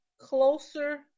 closer